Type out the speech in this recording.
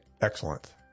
Excellent